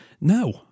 No